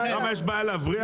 יש בעיה להבריח?